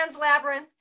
Labyrinth*